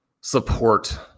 support